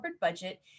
budget